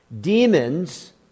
Demons